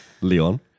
Leon